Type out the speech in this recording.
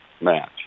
match